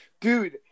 dude